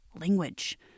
language